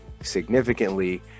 significantly